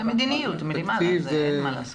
מדיניות מלמעלה, אין מה לעשות.